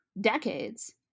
decades